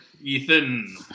Ethan